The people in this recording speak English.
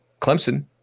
Clemson